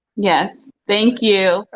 yes, thank you.